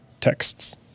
texts